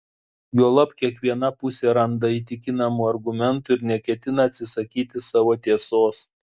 juolab kiekviena pusė randa įtikinamų argumentų ir neketina atsisakyti savo tiesos